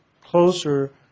closer